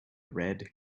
red